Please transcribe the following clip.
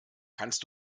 kannst